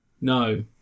no